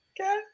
okay